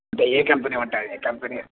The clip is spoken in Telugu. అంటే ఏ కంపెనీ ఉంటుంది కంపెనీ